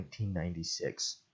1996